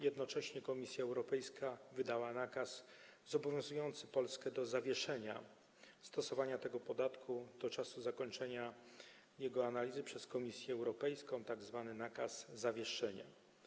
Jednocześnie Komisja Europejska wydała nakaz zobowiązujący Polskę do zawieszenia stosowania tego podatku do czasu zakończenia jego analizy przez Komisję Europejską, jest to tzw. nakaz zawieszenia.